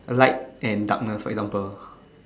light and darkness for example